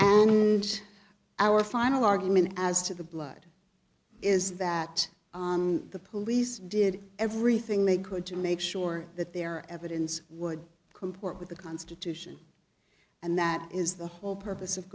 and our final argument as to the blood is that the police did everything they could to make sure that their evidence would comport with the constitution and that is the whole purpose of